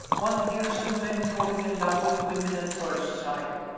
one hears of men falling in love with women at first sight.